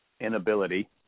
inability